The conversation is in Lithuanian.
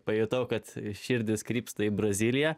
pajutau kad širdys krypsta į braziliją